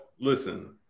listen